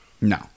no